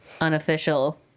unofficial